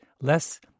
less